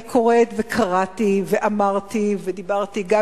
אני קוראת וקראתי ואמרתי ודיברתי גם